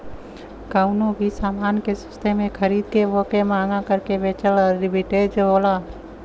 कउनो भी समान के सस्ते में खरीद के वोके महंगा करके बेचना आर्बिट्रेज होला